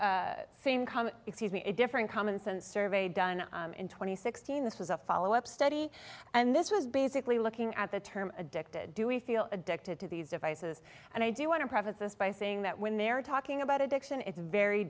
come excuse me a different common sense survey done in two thousand and sixteen this was a follow up study and this was basically looking at the term addicted do we feel addicted to these devices and i do want to preface this by saying that when they're talking about addiction it's very